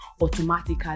automatically